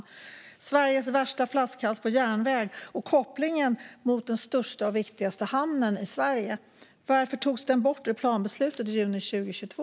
Det är Sveriges värsta flaskhals på järnväg och kopplingen till den största och viktigaste hamnen i Sverige. Varför togs den bort ur planbeslutet i juni 2022?